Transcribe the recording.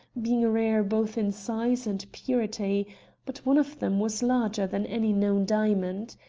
being rare both in size and purity but one of them was larger than any known diamond.